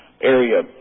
area